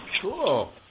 Cool